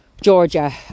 Georgia